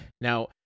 Now